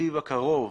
התקציב הקרוב.